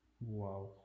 Wow